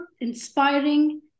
inspiring